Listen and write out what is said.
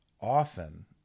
often